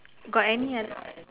got any oth